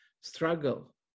struggle